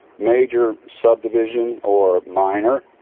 major subdivision or minor,